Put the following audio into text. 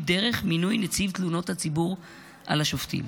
דרך מינוי נציב תלונות הציבור על השופטים,